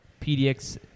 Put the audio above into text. PDX